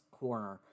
corner